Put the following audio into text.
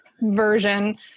version